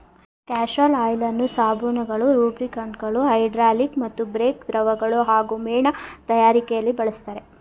castor ಆಯಿಲನ್ನು ಸಾಬೂನುಗಳು ಲೂಬ್ರಿಕಂಟ್ಗಳು ಹೈಡ್ರಾಲಿಕ್ ಮತ್ತು ಬ್ರೇಕ್ ದ್ರವಗಳು ಹಾಗೂ ಮೇಣ ತಯಾರಿಕೆಲಿ ಬಳಸ್ತರೆ